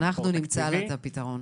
אנחנו נמצא לזה פתרון.